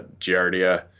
giardia